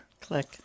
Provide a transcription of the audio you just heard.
click